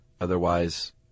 Otherwise